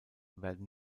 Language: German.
werden